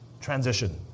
transition